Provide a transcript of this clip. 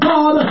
God